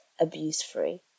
abuse-free